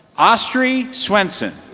ostry swenson